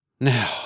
Now